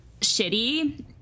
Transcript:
shitty